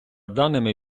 даними